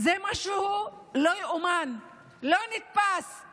זה משהו לא יאומן, לא נתפס.